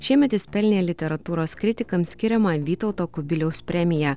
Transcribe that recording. šiemet jis pelnė literatūros kritikams skiriamą vytauto kubiliaus premiją